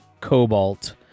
Cobalt